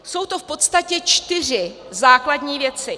Jsou to v podstatě čtyři základní věci.